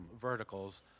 verticals